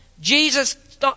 Jesus